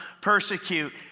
persecute